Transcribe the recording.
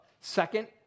Second